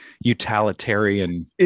utilitarian